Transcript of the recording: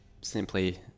simply